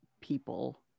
people